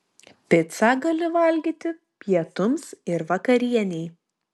picą gali valgyti pietums ir vakarienei